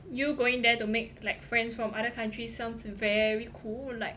you going there to make like friends from other countries sounds very cool like